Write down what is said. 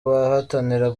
bahatanira